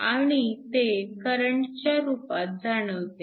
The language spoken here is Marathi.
आणि ते करंटच्या रूपात जाणवते